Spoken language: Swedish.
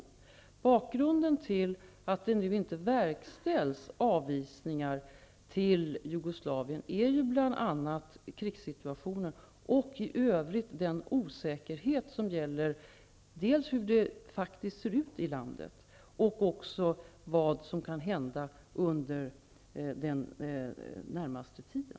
Bakgrunden till att det nu inte verkställs avvisningar till Jugoslavien är bl.a. krigssituationen och den osäkerhet som i övrigt gäller om hur det faktiskt ser ut i landet och vad som kan hända under den närmaste tiden.